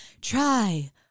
Try